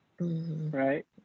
right